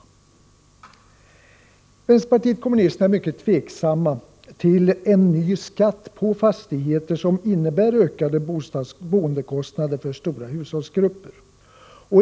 Vii vänsterpartiet kommunisterna är mycket tveksamma till en ny skatt på fastigheter som innebär ökade boendekostnader för stora hushållsgrupper.